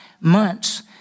months